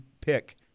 pick